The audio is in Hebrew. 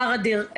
פער אדיר,